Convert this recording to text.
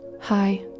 Hi